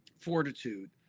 fortitude